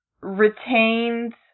retained